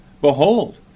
Behold